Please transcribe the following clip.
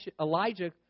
Elijah